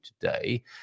today